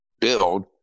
build